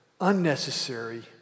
unnecessary